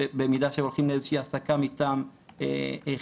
במידה שהולכים לאיזושהי העסקה מטעם חברות.